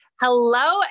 hello